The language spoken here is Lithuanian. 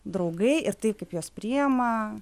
draugai ir taip kaip juos priima